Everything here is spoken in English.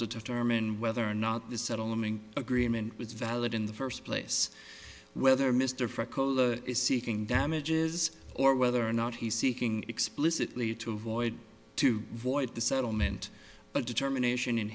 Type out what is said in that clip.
to determine whether or not the settlement agreement was valid in the first place whether mr franco is seeking damages or whether or not he's seeking explicitly to avoid to void the settlement but determination in